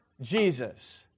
Jesus